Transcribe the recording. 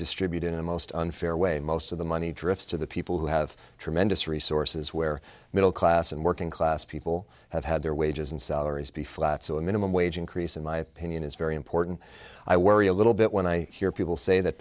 distributed in a most unfair way most of the money drifts to the people who have tremendous resources where middle class and working class people have had their wages and salaries be flat so a minimum wage increase in my opinion is very important i worry a little bit when i hear people say that